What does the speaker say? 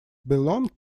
belong